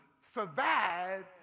survive